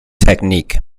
technique